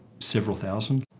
several thousand?